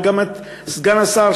וגם את סגן השר,